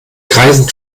kreisen